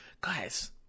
guys